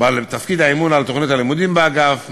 בעל תפקיד האמון על תוכנית הלימודים באגף,